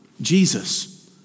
Jesus